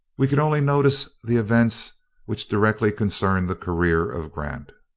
we can only notice the events which directly concern the career of grant.